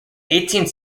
eighteenth